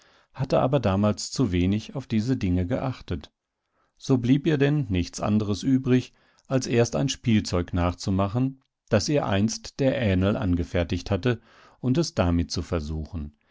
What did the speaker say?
hatte aber damals zu wenig auf diese dinge geachtet so blieb ihr denn nichts anderes übrig als erst ein spielzeug nachzumachen das ihr einst der ähnl angefertigt hatte und es damit zu versuchen